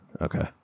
Okay